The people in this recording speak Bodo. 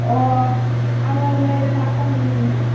अ' आङो नै राङा पानिनि